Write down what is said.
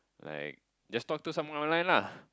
like just talk to someone online lah